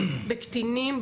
בקטינים,